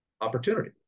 opportunity